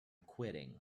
quitting